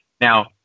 Now